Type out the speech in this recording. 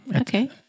Okay